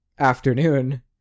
Afternoon